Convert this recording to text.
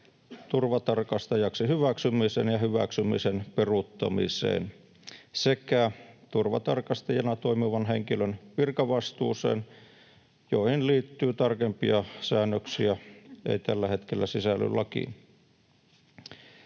turvatarkastajaksi hyväksymiseen ja hyväksymisen peruuttamiseen sekä turvatarkastajana toimivan henkilön virkavastuuseen, joihin liittyviä tarkempia säännöksiä ei tällä hetkellä sisälly lakiin.